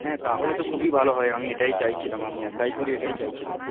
হ্যাঁ তাহলে তো খুবই ভালো হয় আমি এটাই চাইছিলাম আমি একাই করি এটাই চাইছিলাম